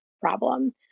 problem